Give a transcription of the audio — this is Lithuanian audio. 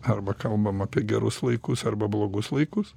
arba kalbam apie gerus laikus arba blogus laikus